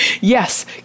yes